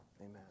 Amen